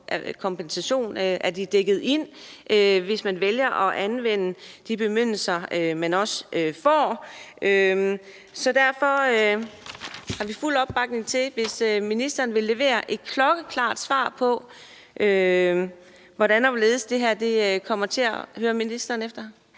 kompensation. Er de dækket ind, hvis man vælger at anvende de bemyndigelser, man også får? Derfor giver vi fuld opbakning til det, hvis ministeren vil levere et klokkeklart svar på, hvordan og hvorledes – hører ministeren efter?